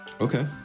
Okay